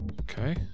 Okay